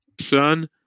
son